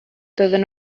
doedden